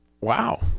wow